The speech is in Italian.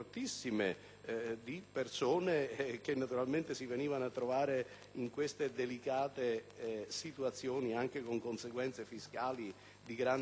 di persone che si venivano a trovare in queste delicate situazioni, anche con conseguenze fiscali di grande rilievo.